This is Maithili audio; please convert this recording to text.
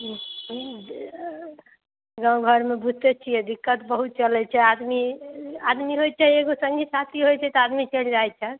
गावँ घरमे बुझिते छियै दिक्कत बहुत चलैत छै आदमी आदमी होयत छै एगो सङ्गी साथी होयत छै तऽ आदमी चलि जाइत छै